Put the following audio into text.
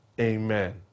Amen